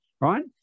right